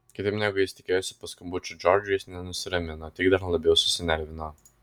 kitaip negu jis tikėjosi po skambučio džordžui jis ne nusiramino o tik dar labiau susinervino